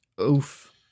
Oof